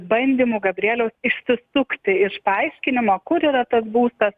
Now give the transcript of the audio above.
bandymų gabrieliaus išsisukti iš paaiškinimo kur yra tas būstas